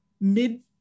mid